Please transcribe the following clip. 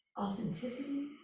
authenticity